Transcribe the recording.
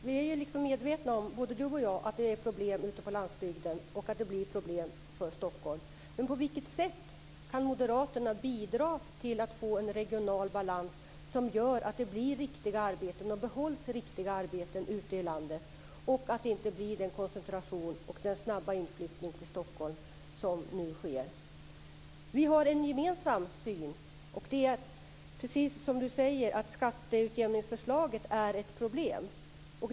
Fru talman! Både Carl-Erik Skårman och jag är medvetna om att det är problem ute på landsbygden och att det blir problem för Stockholm. Men på vilket sätt kan moderaterna bidra till att få en regional balans som gör att det skapas riktiga arbeten och att de riktiga arbetena stannar kvar ute i landet, och att den koncentration och den snabba inflyttning till Stockholm som nu sker upphör? Vi har en gemensam syn. Skatteutjämningsförslaget är, precis som Carl-Erik Skårman säger, ett problem.